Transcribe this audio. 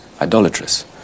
idolatrous